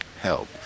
help